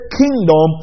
kingdom